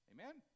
Amen